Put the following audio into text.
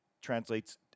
translates